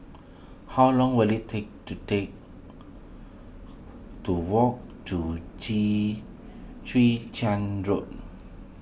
how long will it take to take to walk to Chwee Chwee Chian Road